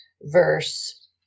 verse